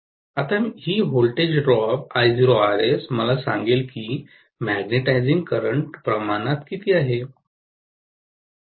आता ही voltage drop I0RS मला सांगेल की मॅग्नेटिझिंग करंट प्रमाणात किती आहे